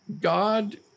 God